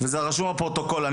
וזה רשום בפרוטוקול,